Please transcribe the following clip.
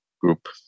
group